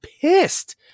pissed